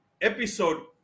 episode